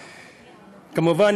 כמובן,